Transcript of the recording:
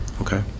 Okay